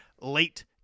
late